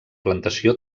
plantació